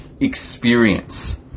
experience